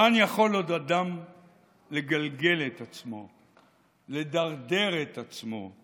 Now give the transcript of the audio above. לאן יכול עוד אדם לגלגל את עצמו, לדרדר את עצמו?